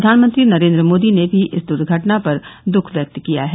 प्रधानमंत्री नरेन्द्र मोदी ने भी इस दुर्घटना पर दुखः व्यक्त किया है